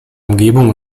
umgebung